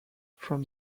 from